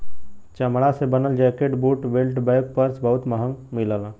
चमड़ा से बनल jacket, boot, belt, bag, purse बहुत महंग मिलला